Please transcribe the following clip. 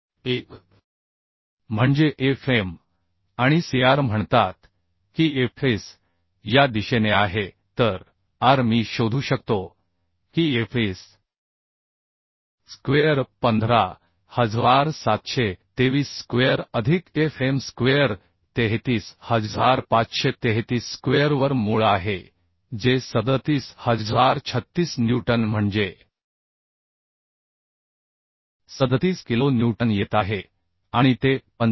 एक म्हणजे Fm आणि Cr म्हणतात की Fs या दिशेने आहे तर r मी शोधू शकतो की Fs स्क्वेअर 15723 स्क्वेअर अधिक Fm स्क्वेअर 33533 स्क्वेअरवर मूळ आहे जे 37036 न्यूटन म्हणजे 37 किलो न्यूटन येत आहे आणि ते 45